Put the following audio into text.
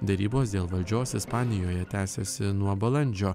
derybos dėl valdžios ispanijoje tęsiasi nuo balandžio